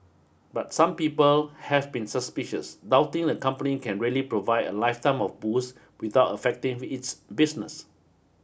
but some people have been suspicious doubting the company can really provide a lifetime of booze without affecting its business